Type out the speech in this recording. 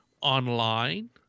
online